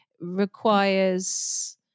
requires